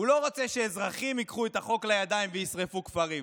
הוא לא רוצה שאזרחים ייקחו את החוק לידיים וישרפו כפרים,